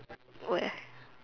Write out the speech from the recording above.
where